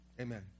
Amen